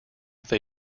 they